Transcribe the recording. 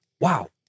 wow